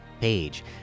page